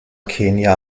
kenia